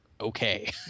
okay